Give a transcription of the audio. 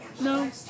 No